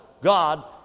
God